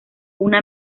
una